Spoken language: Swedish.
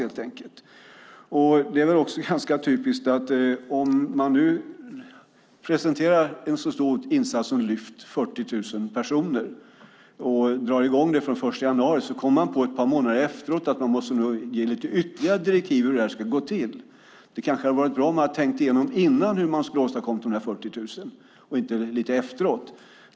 Man presenterade en så stor insats som Lyft, som omfattar 40 000 personer, och drog i gång den 1 januari. Ett par månader efteråt kommer man sedan på att man måste ge ytterligare direktiv om hur det hela ska gå till. Det kanske hade varit bra om man hade tänkt igenom i förväg hur man skulle åstadkomma dessa 40 000 och inte lite efteråt.